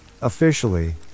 Officially